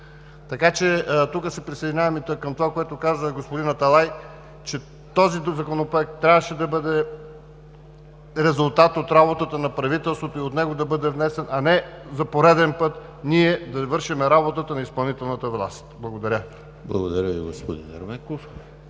Така че тук се присъединяваме към това, което каза господин Аталай, че този законопроект трябваше да бъде резултат от работата на правителството и от него да бъде внесен, а не за пореден път ние да вършим работата на изпълнителната власт. Благодаря. ПРЕДСЕДАТЕЛ ЕМИЛ